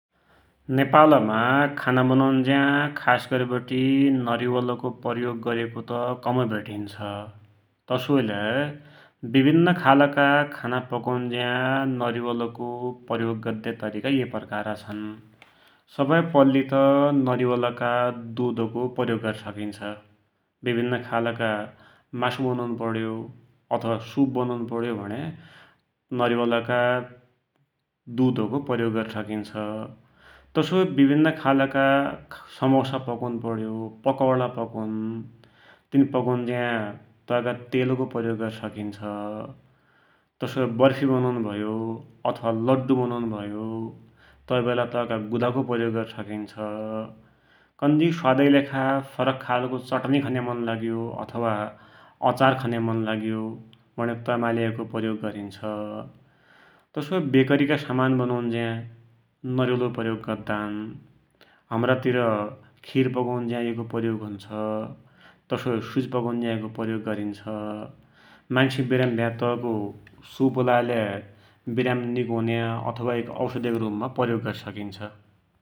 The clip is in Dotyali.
नेपालमा खाना बनुन्ज्या नरिवलको प्रयोग गर्या त कमै भेटिन्छ, तसोइ लै विभिन्न खालका खाना पकुन्ज्या नरिवलको प्रयोग गद्दया तरिका एई प्रकारका छ्न्, सबहै पैल्ली त नरिवलका दूधको प्रयोग गरि सकिन्छ, विभिन्न खालका मासू पकुनपड्यो, अथवा सुप बनुनपड्यो भुण्या नरिवलका दुधको प्रयोग गरि सकिन्छ, तसोइ विभिन्न खालका समोसा पकुनपड्यो, पकौडा पकुन तैका तेलको प्रयोग गरि सकिन्छ, तसोइ वर्फी बनुनपड्यो, अथवा लड्डु वनुन भयो तै वेला तैका गुदाको प्रयोग गरि सकिन्छ, कन्जी स्वादकी लेखा फरक खालको चरनी खन्या मन लाग्यो अथवा अचार खन्या मन लाग्यो भुण्या तैमा लै एको प्रयोग गरिन्छ, तसोइ वेकरीका समान बनुन्ज्या नरिवलको प्रयोग गदान, हमरातिर खिर पकुन्ज्या एको प्रयोग हुन्छ । तसोइ सुजी पकुन्ज्या प्रयोग गरिन्छ, मान्सु विरामी भया तैको सुपलाइ विरामी निको हुन्या अथवा एक औषधीका रूपमा प्रयोग गरिन्छ ।